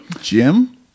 Jim